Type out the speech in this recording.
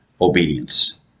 obedience